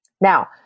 Now